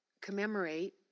commemorate